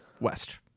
West